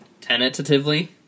Tentatively